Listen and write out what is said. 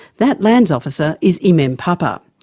that lands officer is imem imem papa.